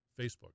Facebook